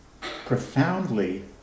profoundly